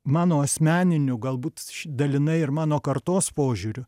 mano asmeniniu galbūt dalinai ir mano kartos požiūriu